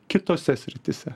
kitose srityse